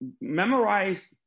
memorize